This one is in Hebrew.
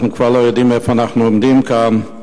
אנחנו כבר לא יודעים איפה אנחנו עומדים כאן,